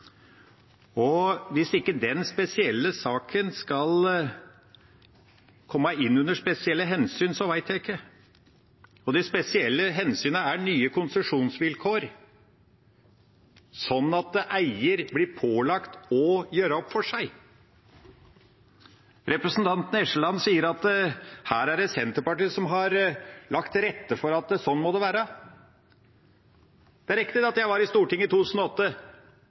og hvis ikke den spesielle saken skal komme inn under spesielle hensyn, så vet ikke jeg. Det spesielle hensynet er nye konsesjonsvilkår slik at eieren blir pålagt å gjøre opp for seg. Representanten Eskeland sier at her er det Senterpartiet som har lagt til rette for at sånn må det være. Det er riktig at jeg var i Stortinget i 2008.